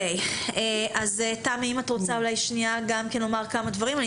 תמי, אולי את רוצה לומר כמה דברים, בבקשה.